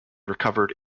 recovered